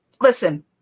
listen